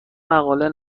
مقاله